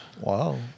Wow